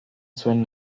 zuen